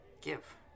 give